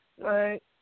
Right